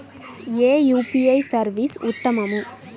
ఏ UPI service ఉత్తమము?